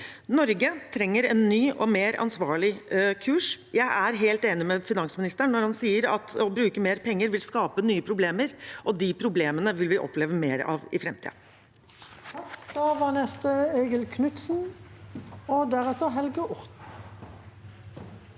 Norge trenger en ny og mer ansvarlig kurs. Jeg er helt enig med finansministeren når han sier at å bruke mer penger vil skape nye problemer, og de problemene vil vi oppleve mer av i framtiden.